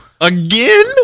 again